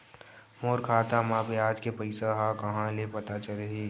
मोर खाता म ब्याज के पईसा ह कहां ले पता चलही?